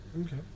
Okay